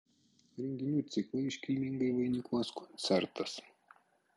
renginių ciklą iškilmingai vainikuos koncertas